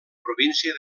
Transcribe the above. província